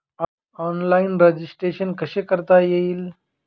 Online registration कसे करता येईल?